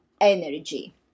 energy